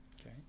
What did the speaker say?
Okay